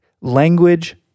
Language